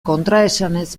kontraesanez